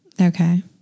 Okay